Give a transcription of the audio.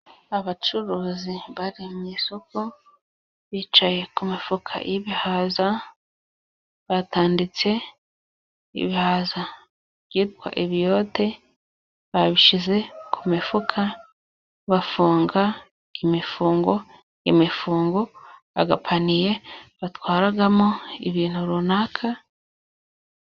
Abacuruzi bari mu isoko bicaye ku mifuka y'ibihaza batanditse ibihaza byitwa ibiyote babishyize ku mifuka bafunga imifungo, imifungo agapaniye batwaramo ibintu runaka...